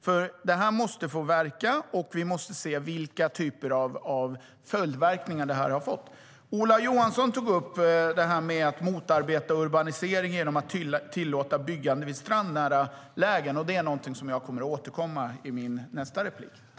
Lagen måste få verka, och vi måste se vilka följdverkningar lagen har fått.